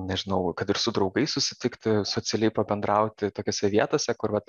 nežinau kad ir su draugais susitikti socialiai pabendrauti tokiose vietose kur vat